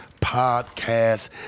podcast